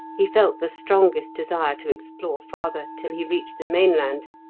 he felt the strongest desire to explore farther till he reached the mainland,